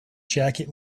jacket